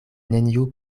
neniu